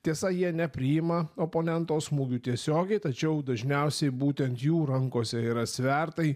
tiesa jie nepriima oponento smūgių tiesiogiai tačiau dažniausiai būtent jų rankose yra svertai